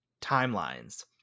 timelines